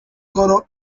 coro